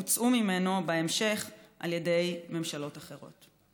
הוצאו ממנו בהמשך על ידי ממשלות אחרות.